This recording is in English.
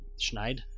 Schneid